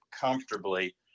comfortably